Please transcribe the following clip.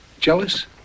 Jealous